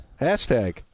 Hashtag